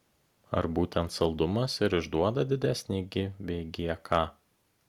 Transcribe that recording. ar būtent saldumas ir išduoda didesnį gi bei gk